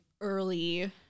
early